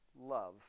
love